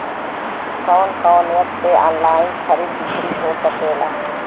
कवन कवन एप से ऑनलाइन खरीद बिक्री हो सकेला?